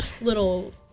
little